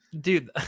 Dude